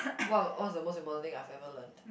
what what's the most important thing I ever learned